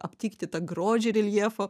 aptikti tą grožį reljefo